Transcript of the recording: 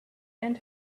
and